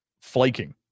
Flaking